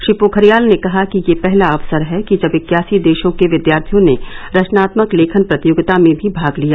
श्री पोखरियाल ने कहा कि यह पहला अवसर है कि जब इक्यासी देशों के विद्यार्थियों ने रचनात्मक लेखन प्रतियोगिता में भी भाग लिया